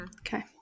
Okay